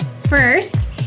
First